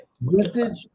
Vintage